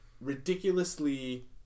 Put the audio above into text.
ridiculously